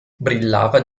brillava